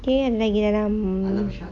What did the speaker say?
K ada lagi dalam